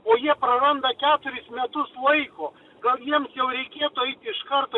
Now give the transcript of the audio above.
o jie praranda keturis metus laiko gal jiems jau reikėtų eiti iš karto